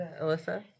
Alyssa